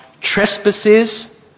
trespasses